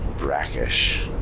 Brackish